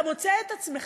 אתה מוצא את עצמך,